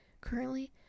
currently